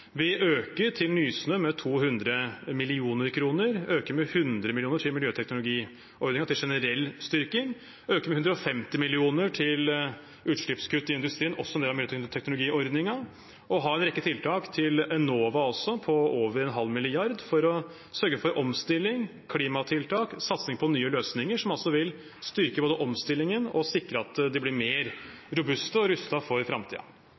Vi øker med 200 mill. kr til Nysnø. Vi øker med 100 mill. kr til miljøteknologiordningen – generell styrking. Vi øker med 150 mill. kr til utslippskutt i industrien, også en del av miljøteknologiordningen. Vi har også en rekke tiltak til Enova, på over en halv milliard, for å sørge for omstilling, klimatiltak og satsing på nye løsninger, som altså både vil styrke omstillingen og sikre at de blir mer robuste og rustet for